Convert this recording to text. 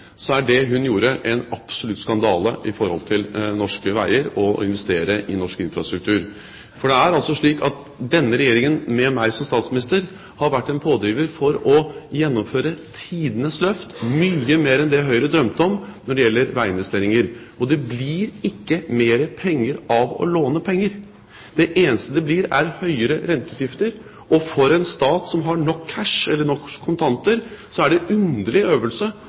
så er det hun gjorde, en absolutt skandale i forhold til norske veier og investering i norsk infrastruktur. Det er altså slik at denne regjeringen med meg som statsminister har vært en pådriver for å gjennomføre tidenes løft – mye mer enn det Høyre drømte om – når det gjelder veiinvesteringer. Det blir ikke mer penger av å låne penger. Det eneste det blir, er høyere renteutgifter. Og for en stat som har nok cash – eller nok kontanter – er det en underlig øvelse